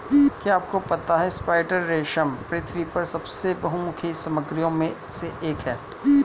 क्या आपको पता है स्पाइडर रेशम पृथ्वी पर सबसे बहुमुखी सामग्रियों में से एक है?